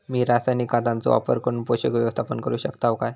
मी रासायनिक खतांचो वापर करून पोषक व्यवस्थापन करू शकताव काय?